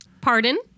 Pardon